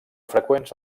freqüents